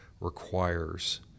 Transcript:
requires